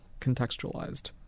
contextualized